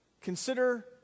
Consider